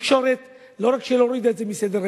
התקשורת לא רק שלא הורידה את זה מסדר-היום,